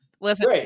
Listen